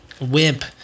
Wimp